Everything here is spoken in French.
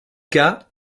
cas